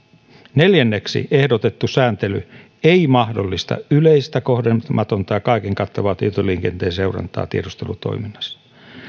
neljänneksi ehdotettu sääntely ei mahdollista yleistä kohdentamatonta ja kaiken kattavaa tietoliikenteen seurantaa tiedustelutoiminnassa